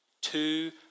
Two